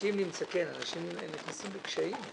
אנשים נכנסים לקשיים.